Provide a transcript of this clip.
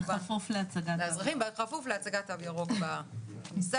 כפוף להצגת תו ירוק בכניסה.